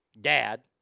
dad